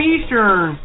Eastern